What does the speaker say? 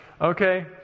okay